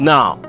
Now